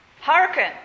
Hearken